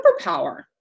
superpower